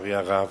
לצערי הרב.